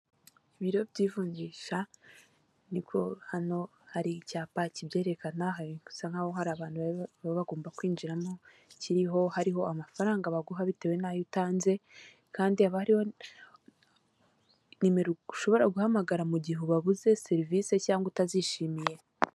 Ibiro by'ivunjisha nibwo hano hari icyapa kibyerekana, hasa nkaho hari abantu baba bagomba kwinjiramo, kiriho hariho amafaranga baguha bitewe n'ayo utanze, kandi haba hariho numero ushobora guhamagara mu gihe ubabuze serivisi cyangwa utazishimiye.